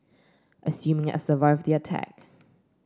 assuming I survived the attack